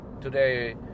Today